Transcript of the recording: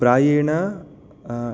प्रायेण